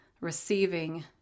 receiving